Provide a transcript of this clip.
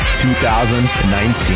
2019